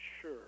sure